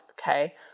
okay